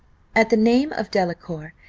at the name of delacour,